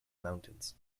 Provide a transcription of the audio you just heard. mountains